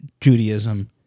Judaism